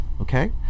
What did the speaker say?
okay